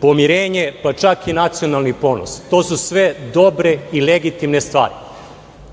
pomirenje, pa čak i nacionalni ponos. To su sve dobre i legitimne stvari,